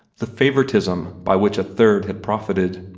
the favoritism by which a third had profited.